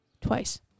Twice